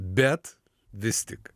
bet vis tik